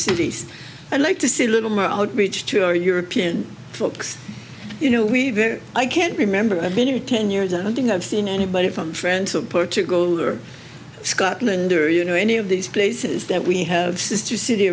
cities i like to see a little more outreach to our european folks you know we've i can't remember a better ten years i don't think i've seen anybody from france of portugal or scotland or you know any of these places that we have sister city